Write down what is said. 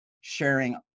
sharing